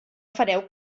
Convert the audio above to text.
fareu